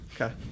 Okay